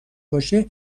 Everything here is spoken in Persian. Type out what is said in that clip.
باشه